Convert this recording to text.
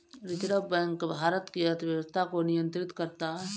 reserve bank Bharat की अर्थव्यवस्था को नियन्त्रित करता है